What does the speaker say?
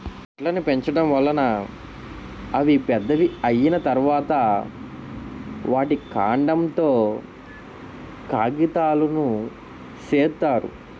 చెట్లును పెంచడం వలన అవి పెద్దవి అయ్యిన తరువాత, వాటి కాండం తో కాగితాలును సేత్తారు